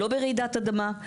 לא ברעידת אדמה,